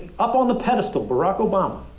up on the pedestal, barack obama